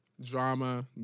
Drama